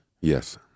Yes